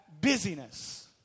busyness